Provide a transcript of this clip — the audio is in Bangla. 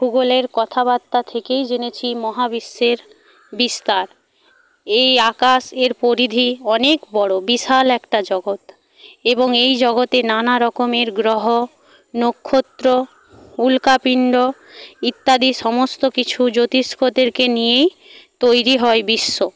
ভূগোলের কথাবার্তা থেকেই জেনেছি মহাবিশ্বের বিস্তার এই আকাশের পরিধি অনেক বড় বিশাল একটা জগত এবং এই জগতে নানা রকমের গ্রহ নক্ষত্র উল্কাপিন্ড ইত্যাদি সমস্ত কিছু জ্যোতিষ্কদেরকে নিয়েই তৈরি হয় বিশ্ব